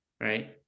right